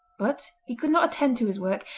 but he could not attend to his work,